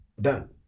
done